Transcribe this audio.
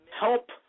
help